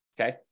okay